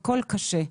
הכול קשה.